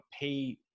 pay